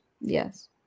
yes